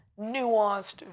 nuanced